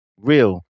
real